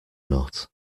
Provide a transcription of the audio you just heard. not